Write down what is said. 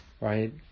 right